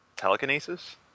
telekinesis